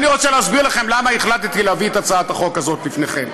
אני רוצה להסביר לכם למה החלטתי להביא את הצעת החוק הזו בפניכם: